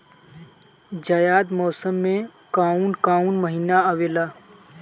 जायद मौसम में काउन काउन महीना आवेला?